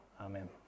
Amen